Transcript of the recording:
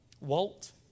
Walt